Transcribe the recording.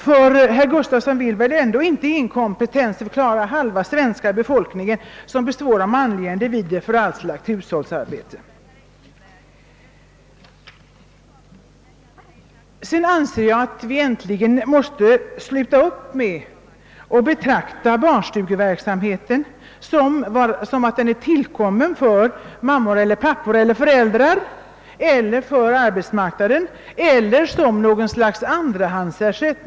Herr Gustafsson i Skellefteå vill väl ändå inte inkompetensförklara halva den svenska befolkningen, som består av manliga individer, för allt slags hushållsarbete. Vi måste äntligen sluta upp med att betrakta barnstugeverksamheten som något slags andrahandsersättning för förvärvsarbetande föräldrar eller för arbetsmarknaden.